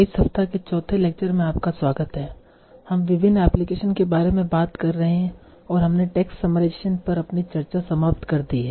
इस सप्ताह के चौथे लेक्चर में आपका स्वागत है हम विभिन्न एप्लीकेशन के बारे में बात कर रहे हैं और हमने टेक्स्ट समराइजेशेन पर अपनी चर्चा समाप्त कर दी है